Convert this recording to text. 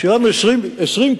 שילמנו 20 קוב.